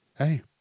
hey